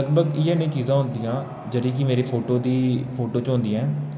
लगभग इयै नेहीं चीजां होंदियां जेह्ड़ी की मेरे फोटो दी फोटो च होंदियां